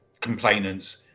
complainants